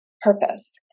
purpose